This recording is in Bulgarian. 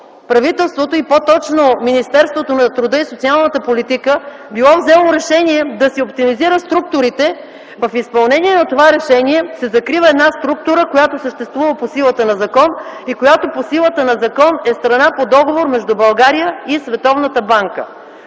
правителството, и по-точно Министерството на труда и социалната политика било взело решение да си оптимизира структурите, в изпълнение на това решение се закрива структура, която съществува по силата на закон и която по силата на закон е страна по договор между България и Световната банка.